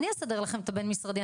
אני אסדר לכם את הבין משרדי.